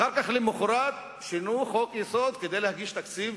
אחר כך, למחרת, שינו חוק-יסוד כדי להגיש תקציב